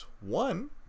One